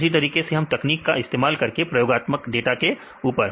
उसी तरीके से हम तकनीक का इस्तेमाल कर सकते हैं प्रयोगात्मक डाटा के ऊपर